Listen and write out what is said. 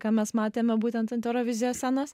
ką mes matėme būtent ant eurovizijos scenos